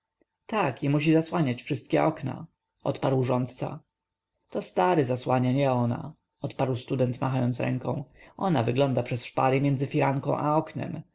i musi zasłaniać wszystkie okna odparł rządca to stary zasłania nie ona odparł student machając ręką ona wygląda przez szpary między firanką a oknem